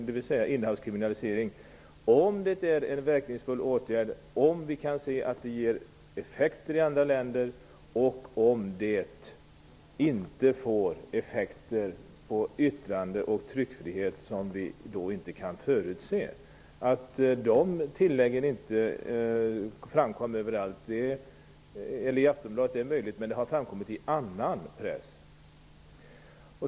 Jag tillade nämligen: om det är en verkningsfull åtgärd, om vi kan se att den ger effekt i andra länder och om den inte får effekter på yttrande och tryckfrihet som vi inte kan förutse. Att det tillägget inte framkom i Aftonbladet är möjligt, men det har framkommit i annan press.